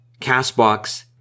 CastBox